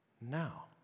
now